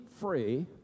free